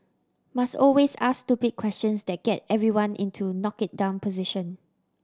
must always ask stupid questions that get everyone into knock it down position